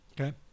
Okay